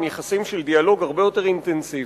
יחסים של דיאלוג הרבה יותר אינטנסיבי,